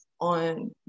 on